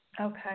Okay